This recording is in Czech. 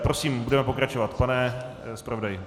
Prosím, budeme pokračovat, pane zpravodaji.